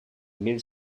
mil